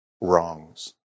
wrongs